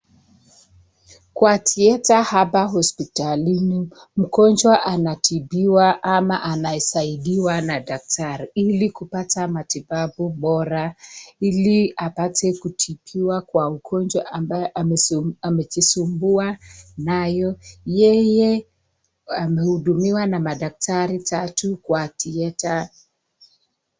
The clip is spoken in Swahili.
Kwa thieta hapa hosipitalini mgonjwa anatibiwa ama anasaidiwa na daktari ili kupata matibabu bora ili apate kutibiwa kwa ugonjwa ambaye ame amejisumbua nayo yeye amehudumiwa na madaktari tatu kwa thieta.